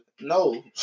No